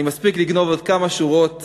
אני מספיק לגנוב עוד כמה שורות